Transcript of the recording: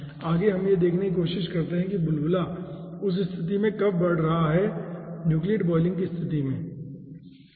आगे हम यह देखने की कोशिश करते हैं कि बुलबुला उस स्थिति में कब बढ़ रहा है न्यूक्लियेट बॉयलिंग की स्थिति में क्या होता है ठीक है